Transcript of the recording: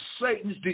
Satan's